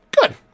Good